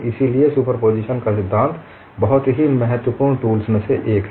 इसलिए सुपरपोज़िशन का सिद्धांत बहुत ही महत्वपूर्ण टूल्स में से एक है